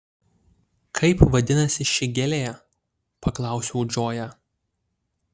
kaip vadinasi ši gėlė paklausiau džoją